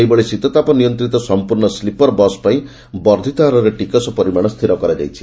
ସେହିଭଳି ଶୀତତାପ ନିୟନ୍ତିତ ସଂପ୍ରର୍ଷ୍ଡ ସ୍ପିପର୍ ବସ୍ ପାଇଁ ବର୍ବ୍ବିତ ହାରରେ ଟିକସ ପରିମାଣ ସ୍ସିର କରାଯାଇଛି